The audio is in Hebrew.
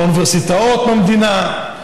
באוניברסיטאות במדינה.